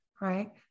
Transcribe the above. Right